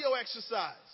exercise